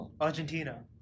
Argentina